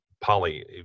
Polly